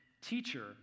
Teacher